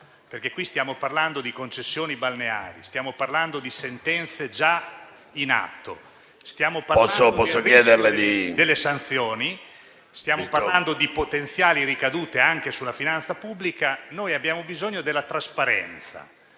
perché qui stiamo parlando di concessioni balneari, di sentenze già in atto e del rischio di sanzioni e di potenziali ricadute anche sulla finanza pubblica: noi abbiamo bisogno della trasparenza.